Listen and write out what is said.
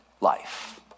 life